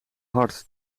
hard